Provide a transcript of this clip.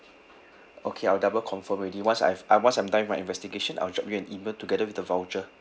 okay I'll double confirm already once I've uh once I'm done with my investigation I'll drop you an email together with the voucher